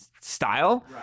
style